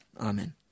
Amen